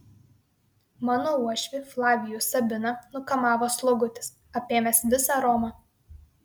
mano uošvį flavijų sabiną nukamavo slogutis apėmęs visą romą